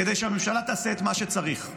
כדי שהממשלה תעשה את מה שצריך.